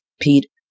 Pete